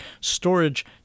storage